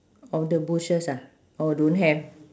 oh the bushes ah oh don't have